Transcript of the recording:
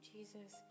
Jesus